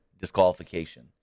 disqualification